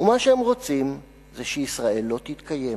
ומה שהם רוצים זה שישראל לא תתקיים,